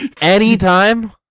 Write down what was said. Anytime